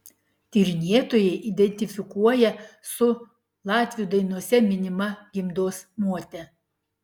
tyrinėtojai identifikuoja su latvių dainose minima gimdos mote